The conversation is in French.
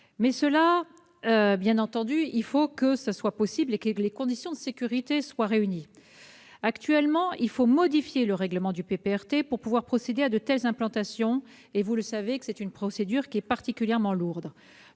Mais encore faut-il que ce soit possible et que les conditions de sécurité soient réunies. Actuellement, il faut modifier le règlement du PPRT pour pouvoir procéder à de telles implantations. Or, vous le savez, la procédure est particulièrement lourde.